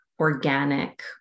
organic